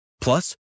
Plus